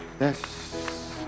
Yes